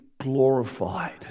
glorified